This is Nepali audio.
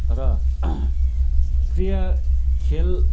र प्रिय खेल